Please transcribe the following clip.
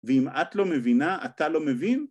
‫ואם את לא מבינה, אתה לא מבין?